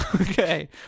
Okay